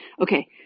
Okay